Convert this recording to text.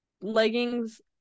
leggings